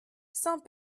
saint